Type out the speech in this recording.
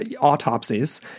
autopsies